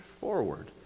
forward